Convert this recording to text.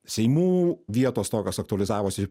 seimų vietos tokios aktualizavosi